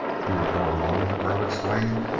you would go alone? the girl exclaimed.